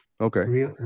Okay